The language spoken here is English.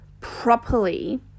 properly